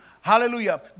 hallelujah